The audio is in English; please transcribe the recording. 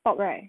stop right